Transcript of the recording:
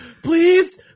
Please